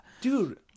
dude